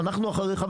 ואנחנו אחריך.